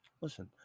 Listen